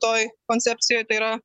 toj koncepcijoj tai yra